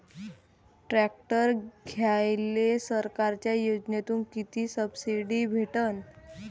Tractor घ्यायले सरकारच्या योजनेतून किती सबसिडी भेटन?